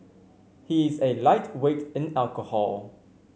he is a lightweight in alcohol